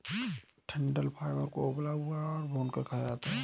डंठल फाइबर को उबला हुआ या भूनकर खाया जाता है